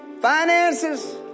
finances